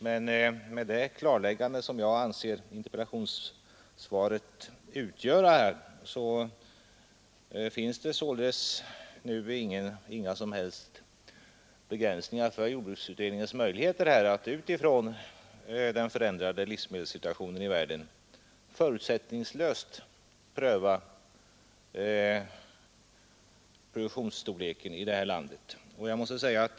Men med det klarläggande, som jag anser interpellationssvaret utgöra, finns det inga som helst begränsningar för jordbruksutredningen att utifrån den förändrade livsmedelssituationen i världen förutsättningslöst pröva produktionsstorleken för det svenska jordbrukets del.